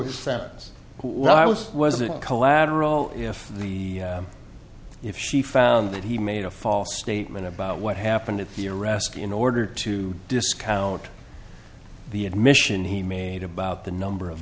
sentence who i was wasn't collateral if the if she found that he made a false statement about what happened if he arrested in order to discount the admission he made about the number of